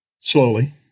Slowly